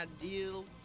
deal